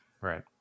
Right